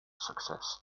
success